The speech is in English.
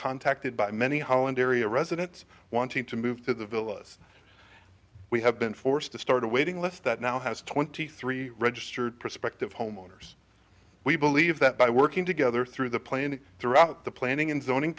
contacted by many holland area residents wanting to move to the villas we have been forced to start a waiting list that now has twenty three registered prospective homeowners we believe that by working together through the plan and throughout the planning